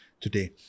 today